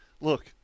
look